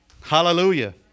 Hallelujah